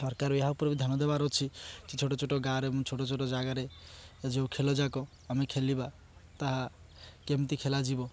ସରକାର ଏହା ଉପରେ ବି ଧ୍ୟାନ ଦେବାର ଅଛି କି ଛୋଟ ଛୋଟ ଗାଁରେ ଏବଂ ଛୋଟ ଛୋଟ ଜାଗାରେ ଯେଉଁ ଖେଳଯାକ ଆମେ ଖେଳିବା ତାହା କେମିତି ଖେଳାଯିବ